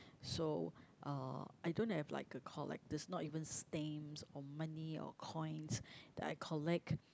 so uh I don't have like a collector's not even stamps or money or coins that I collect